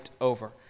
over